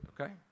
okay